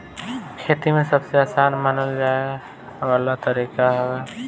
खेती में सबसे आसान मानल जाए वाला तरीका हवे